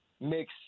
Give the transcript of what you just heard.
mix